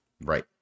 Right